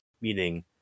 meaning